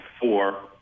four